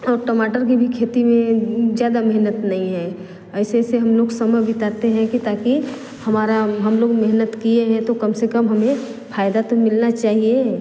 और टमाटर के भी खेती में ज़्यादा मेहनत नहीं है ऐसे ऐसे हम लोग समय बिताते हैं कि ताकि हमारा हम लोग मेहनत किए हैं तो कम से कम हमें फायदा तो मिलना चाहिए